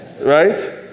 Right